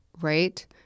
right